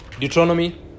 Deuteronomy